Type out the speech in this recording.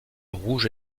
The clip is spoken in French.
rouge